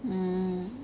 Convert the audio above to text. mm